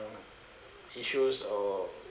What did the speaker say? uh issues or